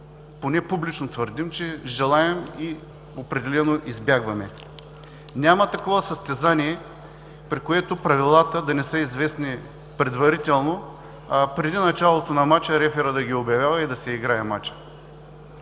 поне публично твърдим, че желаем и определено избягваме. Няма такова състезание, при което правилата да не са известни предварително, а преди началото на мача реферът да ги обявява и да се играе мачът.